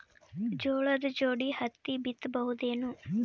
ಜೋಳದ ಜೋಡಿ ಹತ್ತಿ ಬಿತ್ತ ಬಹುದೇನು?